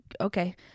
Okay